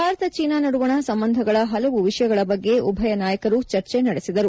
Bharat China ನಡುವಣ ಸಂಬಂಧಗಳ ಹಲವು ವಿಷಯಗಳ ಬಗ್ಗೆ ಉಭೆಯ ನಾಯಕರು ಚರ್ಚೆ ನಡೆಸಿದರು